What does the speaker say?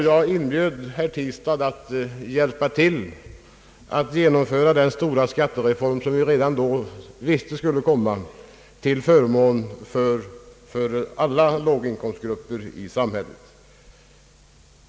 Jag inbjöd då herr Tistad att hjälpa till att genomföra den stora skattereform, som vi redan då visste skulle komma, till förmån för alla låginkomstgrupper i samhället.